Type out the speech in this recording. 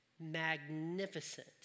magnificent